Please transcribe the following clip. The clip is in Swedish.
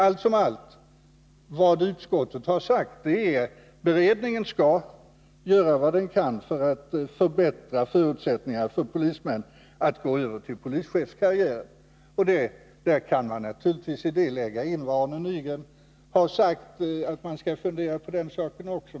Allt som allt: vad utskottet sagt är att beredningen skall göra vad den kan för att förbättra förutsättningarna för polismän att gå över till polischefskarriär. I det kan man naturligtvis också lägga in vad Arne Nygren sagt och låta beredningen fundera på den saken också.